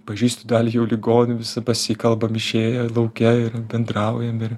pažįstu dalį jau ligonių visi pasikalbam išėję lauke ir bendraujam ir